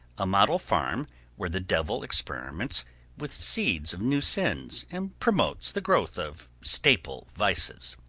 a model farm where the devil experiments with seeds of new sins and promotes the growth of staple vices.